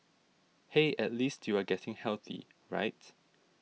hey at least you are getting healthy right